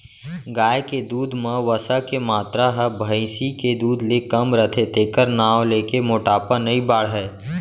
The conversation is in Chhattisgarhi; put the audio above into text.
गाय के दूद म वसा के मातरा ह भईंसी के दूद ले कम रथे तेकर नांव लेके मोटापा नइ बाढ़य